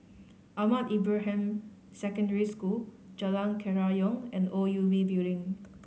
Ahmad Ibrahim Secondary School Jalan Kerayong and O U B Building